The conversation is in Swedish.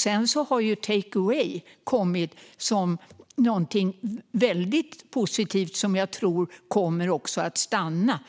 Sedan har take away kommit som någonting väldigt positivt som jag tror kommer att stanna.